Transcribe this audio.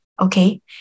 Okay